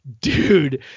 dude